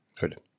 Good